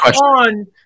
on